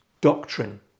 doctrine